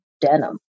denim